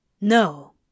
No